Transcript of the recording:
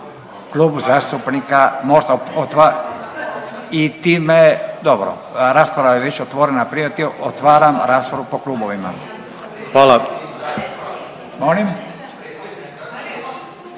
Klub zastupnika Mosta i time dobro, rasprava je već otvorena prije, otvaram raspravu po klubovima.